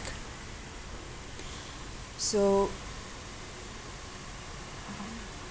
so